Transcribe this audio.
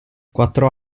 quattro